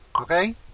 Okay